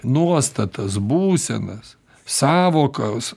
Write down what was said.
nuostatas būsenas sąvokas